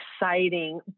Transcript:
exciting